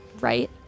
right